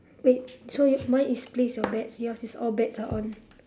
wait so your mine is place your bets yours is all bets are on